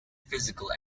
physical